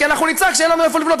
כי אנחנו נצעק שאין לנו איפה לבנות.